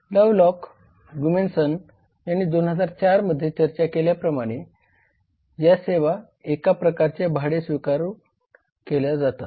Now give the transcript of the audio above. Lovelock आणि Gummesson यांनी २००४ मध्ये चर्चा केल्या प्रमाणे या सेवा एका प्रकारच्या भाडे स्वीकारून केल्या जातात